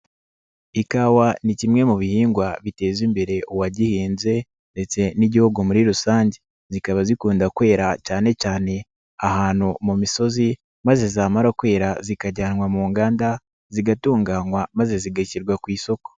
Ikawa ni kimwe mu bihingwa biteza imbere uwagihinze ndetse n'Igihugu muri rusange. Zikaba zikunda kwera cyane cyane ahantu mu misozi, maze zamara kwera zikajyanwa mu nganda, zigatunganywa maze zigashyirwa ku isoko.